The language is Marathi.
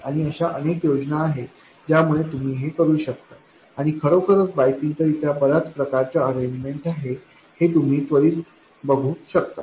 आणि अशा अनेक योजना आहेत ज्यामुळे तुम्ही हे करू शकता आणि खरोखरच बायसिंग करिता बऱ्याच प्रकारच्या अरेंजमेंट आहे हे तुम्ही त्वरीत बघू शकता